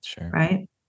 Right